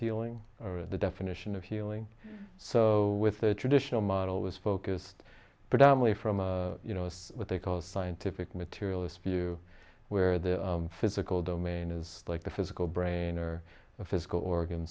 healing the definition of healing so with the traditional model was focused predominately from a you know what they call a scientific materialist view where the physical domain is like the physical brain or the physical or